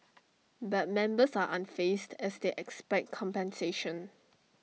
but members are unfazed as they expect compensation